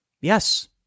Yes